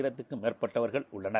ரத் ற் ம் மேற்பட்டவர்கள் உள்ளனர்